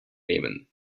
nehmen